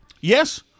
yes